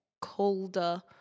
colder